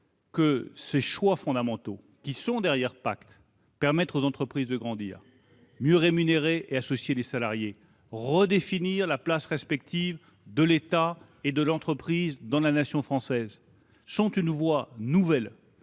que ces choix fondamentaux, qui sous-tendent le projet de loi PACTE, permettront aux entreprises de grandir. Mieux rémunérer et associer les salariés, redéfinir la place respective de l'État et de l'entreprise dans la nation française, c'est une voie nouvelle